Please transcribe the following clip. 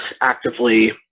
actively